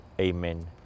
Amen